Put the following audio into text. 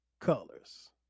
Colors